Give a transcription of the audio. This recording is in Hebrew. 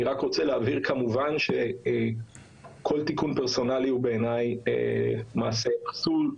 אני רק רוצה להבהיר כמובן שכל תיקון פרסונלי הוא בעיניי מעשה פסול.